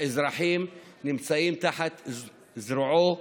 האזרחים נמצאים תחת זרועו,